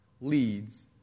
leads